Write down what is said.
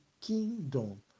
kingdom